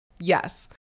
Yes